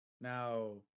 now